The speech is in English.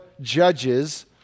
Judges